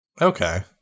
Okay